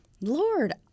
Lord